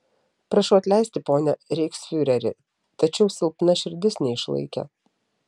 prašau atleisti pone reichsfiureri tačiau silpna širdis neišlaikė